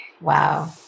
Wow